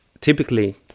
typically